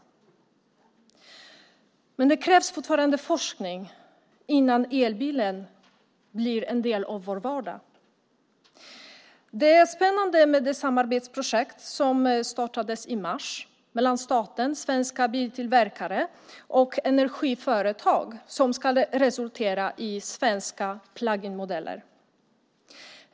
Fortfarande krävs emellertid forskning innan elbilen blir en del av vår vardag. Det är spännande med det samarbetsprojekt som startades i mars mellan staten, svenska biltillverkare och energiföretag och som ska resultera i svenska plug-in modeller.